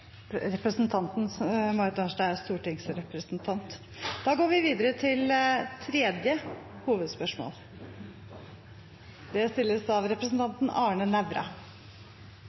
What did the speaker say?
Marit Arnstad er stortingsrepresentant, ikke statsråd. Da går vi videre til neste hovedspørsmål – fra representanten Arne Nævra.